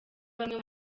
bamwe